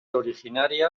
originaria